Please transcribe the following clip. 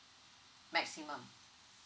maximum